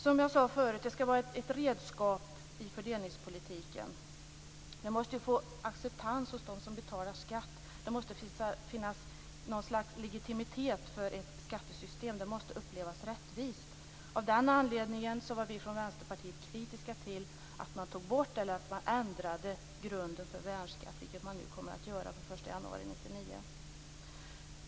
Som jag sade förut skall skatterna vara ett redskap i fördelningspolitiken. Detta måste få acceptans hos dem som betalar skatt. Det måste finnas något slags legitimitet för ett skattesystem. Det måste upplevas rättvist. Av den anledningen var vi i Vänsterpartiet kritiska till att man ändrade grunden för värnskatt, vilket man nu kommer att göra den 1 januari 1999.